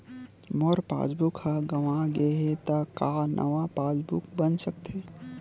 मोर passbook ह गंवा गे हे त का नवा पास बुक बन सकथे?